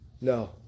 No